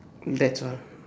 that's all